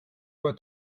aber